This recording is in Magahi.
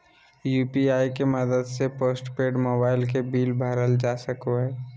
यू.पी.आई के मदद से पोस्टपेड मोबाइल के बिल भरल जा सको हय